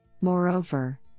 Moreover